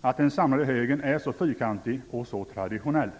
att den samlade högern är så fyrkantig och så traditionell.